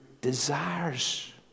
desires